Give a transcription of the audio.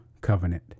covenant